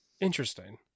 Interesting